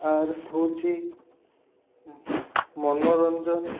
ଆଉ ହେଉଛି ମନୋରଞ୍ଜନ